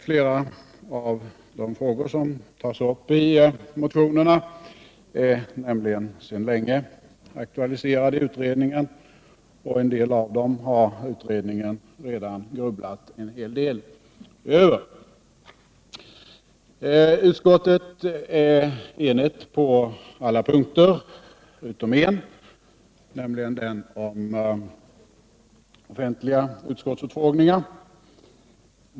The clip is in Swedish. Flera av de frågor som tas upp i motionerna är nämligen sedan länge aktualiserade i utredningen, och en del av dem har utredningen redan grubblat en hel del över. Utskottet är enigt på alla punkter utom en, nämligen den om offentliga utskottsutfrågningar.